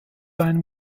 einem